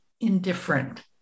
indifferent